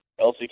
LCK